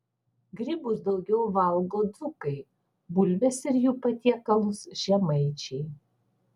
grybus daugiau valgo dzūkai bulves ir jų patiekalus žemaičiai